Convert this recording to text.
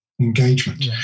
Engagement